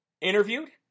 interviewed